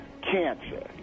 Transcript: cancer